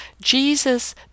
Jesus